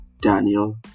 Daniel